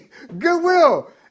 Goodwill